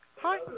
Hi